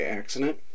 accident